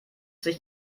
sich